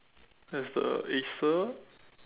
there's the Acer